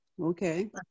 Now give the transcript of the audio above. Okay